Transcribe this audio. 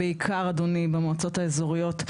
בעיקר אדוני במועצות האזוריות,